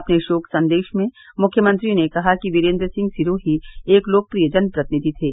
अपने शोक सन्देश में मुख्यमंत्री ने कहा कि वीरेंद्र सिंह सिरोही एक लोकप्रिय जनप्रतिनिधि थे